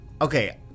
Okay